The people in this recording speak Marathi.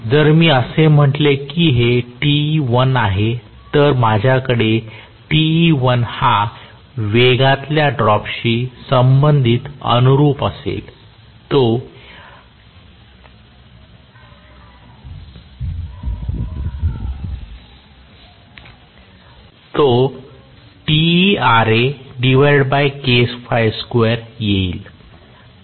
जर मी असे म्हटले की हे Te1 आहे तर माझ्याकडे Te1 हा वेगातल्या ड्रॉप शी संबंधित अनुरूप असेलतो येईल